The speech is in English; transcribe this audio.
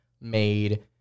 made